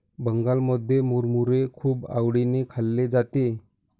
बंगालमध्ये मुरमुरे खूप आवडीने खाल्ले जाते